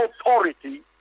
authority